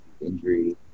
injury